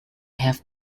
have